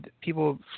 people